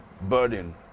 burden